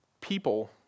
people